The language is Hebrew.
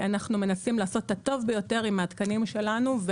אנחנו מנסים לעשות את הטוב ביותר עם התקנים שלנו.